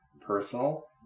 personal